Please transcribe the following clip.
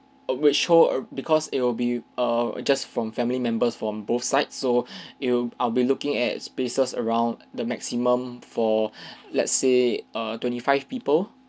err because it will be err just from family members from both side so it'll I'll be looking at spaces around the maximum for let's say err twenty five people